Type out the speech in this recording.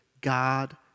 God